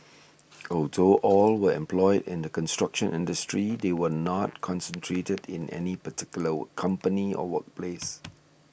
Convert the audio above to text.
although all were employed in the construction industry they were not concentrated in any particular company or workplace